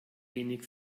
wenig